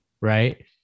right